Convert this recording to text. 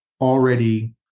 already